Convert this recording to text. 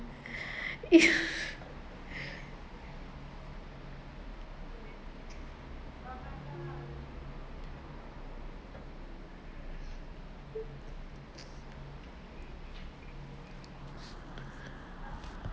if